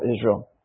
Israel